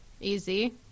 Easy